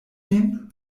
min